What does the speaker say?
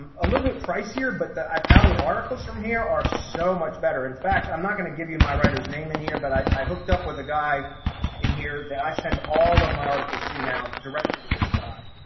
um a little bit pricier, but i found the articles from here are so much better. in fact, i'm not going to give you my writers name in here, but i hooked up with a guy in here that i send all of my articles to now directly to this guy.